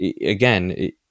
again